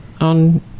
on